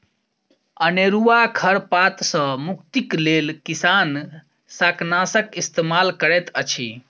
अनेरुआ खर पात सॅ मुक्तिक लेल किसान शाकनाशक इस्तेमाल करैत अछि